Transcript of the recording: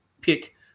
pick